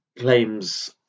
claims